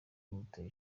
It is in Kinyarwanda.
bimuteye